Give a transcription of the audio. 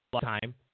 time